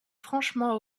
franchement